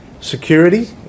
security